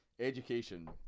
education